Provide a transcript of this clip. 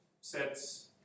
sets